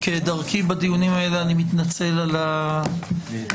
כדרכי בדיונים האלה, אני מתנצל על העיכוב.